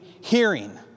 hearing